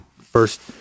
first